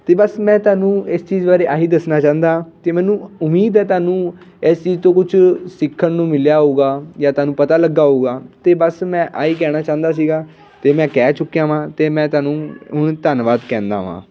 ਅਤੇ ਬਸ ਮੈਂ ਤੁਹਾਨੂੰ ਇਸ ਚੀਜ਼ ਬਾਰੇ ਇਹ ਹੀ ਦੱਸਣਾ ਚਾਹੁੰਦਾ ਅਤੇ ਮੈਨੂੰ ਉਮੀਦ ਹੈ ਤੁਹਾਨੂੰ ਇਸ ਚੀਜ਼ ਤੋਂ ਕੁਛ ਸਿੱਖਣ ਨੂੰ ਮਿਲਿਆ ਹੋਊਗਾ ਜਾਂ ਤੁਹਾਨੂੰ ਪਤਾ ਲੱਗਿਆ ਹੋਊਗਾ ਅਤੇ ਬਸ ਮੈਂ ਇਹ ਹੀ ਕਹਿਣਾ ਚਾਹੁੰਦਾ ਸੀਗਾ ਅਤੇ ਮੈਂ ਕਹਿ ਚੁੱਕਿਆ ਹਾਂ ਅਤੇ ਮੈਂ ਤੁਹਾਨੂੰ ਊ ਧੰਨਵਾਦ ਕਹਿੰਦਾ ਹਾਂ